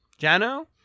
jano